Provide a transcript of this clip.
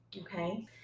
Okay